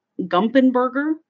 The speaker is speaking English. Gumpenberger